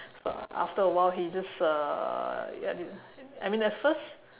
so after a while he just uh ya I mean at first